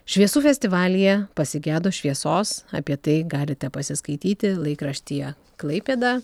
šviesų festivalyje pasigedo šviesos apie tai galite pasiskaityti laikraštyje klaipėda